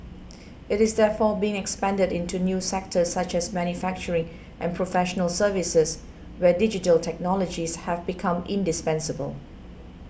it is therefore being expanded into new sectors such as manufacturing and professional services where digital technologies have become indispensable